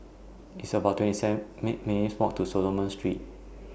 It's about twenty seven make minutes' Walk to Solomon Street